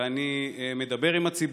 ואני מדבר עם הציבור,